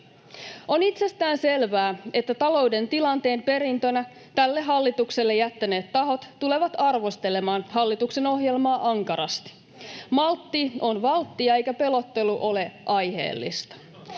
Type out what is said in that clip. On itsestäänselvää, että talouden tilanteen perintönä tälle hallitukselle jättäneet tahot tulevat arvostelemaan hallituksen ohjelmaa ankarasti. Maltti on valttia, eikä pelottelu ole aiheellista.